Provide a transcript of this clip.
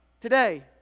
Today